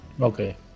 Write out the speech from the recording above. okay